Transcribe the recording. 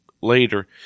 later